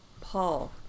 Paul